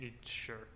sure